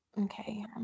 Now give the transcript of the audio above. Okay